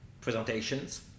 presentations